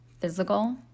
Physical